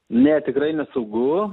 ne tikrai nesaugu